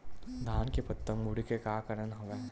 धान के पत्ता मुड़े के का कारण हवय?